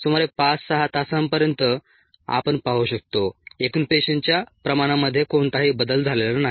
सुमारे 5 6 तासांपर्यंत आपण पाहू शकतो एकूण पेशींच्या प्रमाणामध्ये कोणताही बदल झालेला नाही